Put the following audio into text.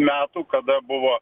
metų kada buvo